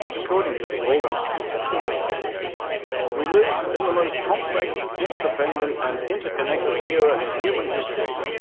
according to the organisers of the forum we live in the most complex, interdependent and interconnected era in human history.